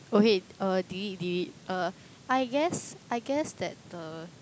okay uh delete delete uh I guess I guess that the